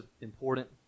important